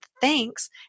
Thanks